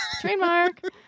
Trademark